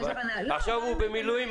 עכשיו הוא במילואים,